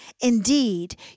Indeed